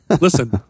Listen